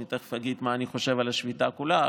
אני תכף אגיד מה אני חושב על השביתה כולה.